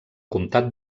comtat